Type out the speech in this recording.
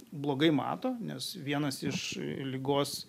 blogai mato nes vienas iš ligos